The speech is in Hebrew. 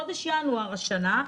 בחודש ינואר השנה,